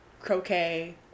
croquet